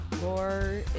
more